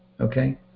okay